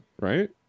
right